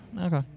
Okay